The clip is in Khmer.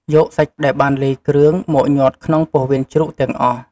យកសាច់ដែលបានលាយគ្រឿង មកញាត់ក្នុងពោះវៀនជ្រូកទាំងអស់។